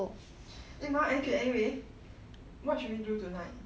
eh ma a K anyway what should we do tonight